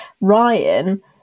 Ryan